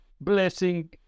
blessing